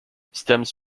stems